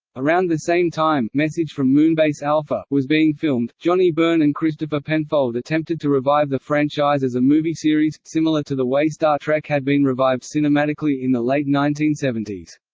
around the same time message from moonbase alpha was being filmed, johnny byrne and christopher penfold attempted to revive the franchise as a movie series, similar to the way star trek had been revived cinematically in the late nineteen seventy s.